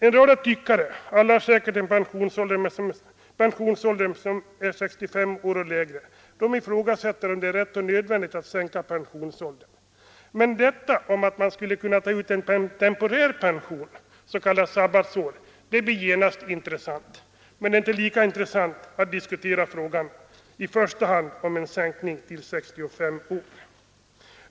En rad tyckare, alla säkert med en pensionsålder som är 65 år eller lägre, ifrågasätter om det är rätt och nödvändigt att sänka pensionsåldern. Men detta att man skall kunna ta ut en temporär pension, ett s.k. sabbatsår, blir genast intressant. Det är inte lika intressant att diskutera frågan om en sänkning av pensionsåldern till i första hand 65 år.